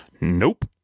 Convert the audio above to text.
Nope